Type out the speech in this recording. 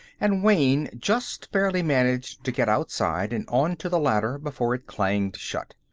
and wayne just barely managed to get outside and onto the ladder before it clanged shut.